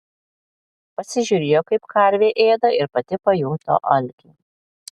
pasižiūrėjo kaip karvė ėda ir pati pajuto alkį